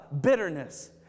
bitterness